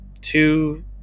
two